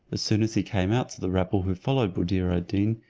as soon as he came out to the rabble who followed buddir ad deen,